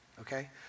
Okay